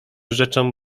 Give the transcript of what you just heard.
rzeczą